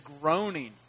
groaning